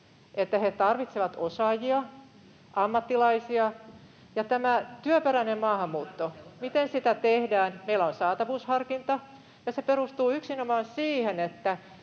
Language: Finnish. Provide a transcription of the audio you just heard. että he tarvitsevat osaajia, ammattilaisia. Tämä työperäinen maahanmuutto, miten sitä tehdään: meillä on saatavuusharkinta, ja se perustuu yksinomaan siihen,